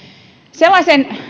sellaisen